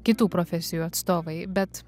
kitų profesijų atstovai bet